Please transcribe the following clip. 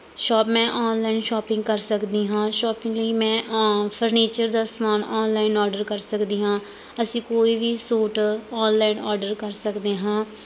show ਮੈਂ online shopping ਕਰ ਸਕਦੀ ਹਾਂ ਸ਼ੋਪਿੰਗ ਲਈ ਮੈਂ ਔ ਫਰਨੀਚਰ ਦਾ ਸਮਾਨ ਔਨਲਾਈਨ ਓਰਡਰ ਕਰ ਸਕਦੀ ਹਾਂ ਅਸੀਂ ਕੋਈ ਵੀ ਸੂਟ ਔਨਲਾਈਨ ਓਰਡਰ ਕਰ ਸਕਦੇ ਹਾਂ